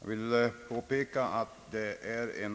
Jag vill påpeka att den